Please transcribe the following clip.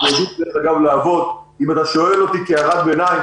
אם אתה שואל אותי כהערת ביניים